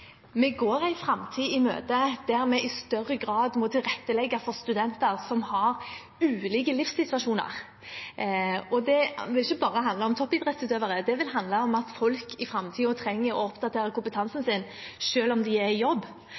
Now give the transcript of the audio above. Vi går en framtid i møte der vi i større grad må tilrettelegge for studenter som er i ulike livssituasjoner, og det vil ikke bare handle om toppidrettsutøvere, det vil handle om at folk i framtiden trenger å oppdatere kompetansen sin selv om de er i jobb.